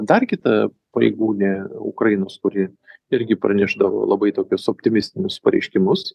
dar kita pareigūnė ukrainos kuri irgi pranešdavo labai tokius optimistinius pareiškimus